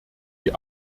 die